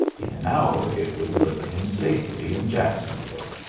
in an hour it would deliver him safely in jacksonville.